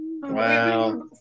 Wow